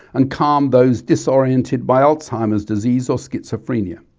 and calmed those disoriented by alzheimer's disease or schizophrenia.